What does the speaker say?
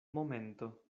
momento